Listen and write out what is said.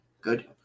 Good